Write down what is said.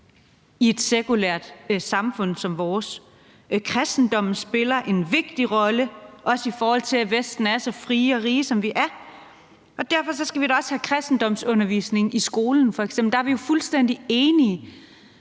i et sekulært samfund som vores. Kristendommen spiller en vigtig rolle, også i forhold til at vi i Vesten er så frie og rige, som vi er, og derfor skal vi da f.eks. også have kristendomsundervisning i skolen. Der er vi jo fuldstændig enige.